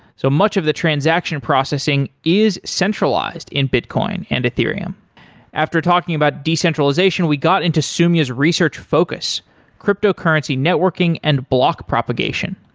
so much of the transaction processing is centralized in bitcoin and ethereum after talking about decentralization, we got into soumya's research focus cryptocurrency networking and bloc propagation.